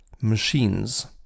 machines